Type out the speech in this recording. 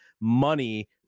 money